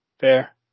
fair